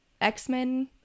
X-Men